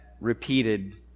repeated